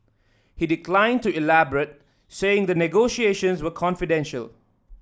he declined to elaborate saying the negotiations were confidential